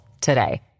today